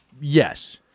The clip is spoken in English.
Yes